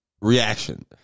reaction